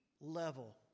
level